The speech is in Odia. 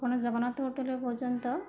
ଆପଣ ଜଗନ୍ନାଥ ହୋଟେଲରୁ କହୁଛନ୍ତି ତ